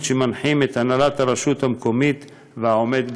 שמנחים את הנהלת הרשות המקומית והעומד בראשה.